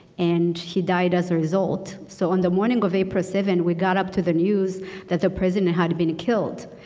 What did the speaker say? and he died as a result. so on the morning of april seventh we got up to the news that the president had been killed.